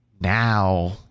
now